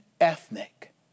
ethnic